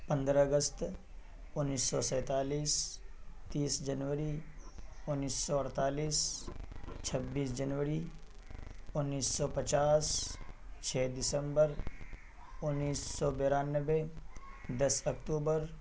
پندرہ اگست انیس سو سیتالیس تیس جنوری انیس سو اڑتالیس چھبیس جنوری انیس سو پچاس چھ دسمبر انیس سو بانوے دس اکتوبر